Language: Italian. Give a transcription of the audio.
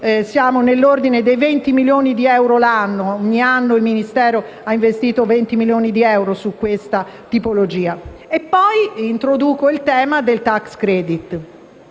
siamo nell'ordine dei 20 milioni di euro l'anno: ogni anno il Ministero ha investito 20 milioni di euro su questa tipologia. Introduco ora il tema del *tax credit*,